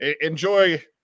enjoy